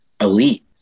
elite